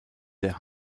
der